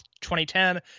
2010